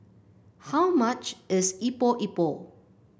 how much is Epok Epok